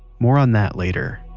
more on that later